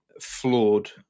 flawed